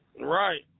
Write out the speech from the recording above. Right